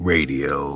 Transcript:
Radio